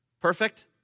Perfect